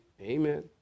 amen